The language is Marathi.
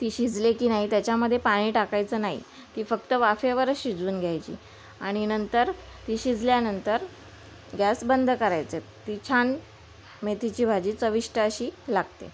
ती शिजले की नाही त्याच्यामध्ये पाणी टाकायचं नाही ती फक्त वाफेवरच शिजवून घ्यायची आणि नंतर ती शिजल्यानंतर गॅस बंद करायचं ती छान मेथीची भाजी चविष्ट अशी लागते